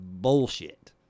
bullshit